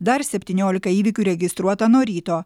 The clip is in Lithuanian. dar septyniolika įvykių registruota nuo ryto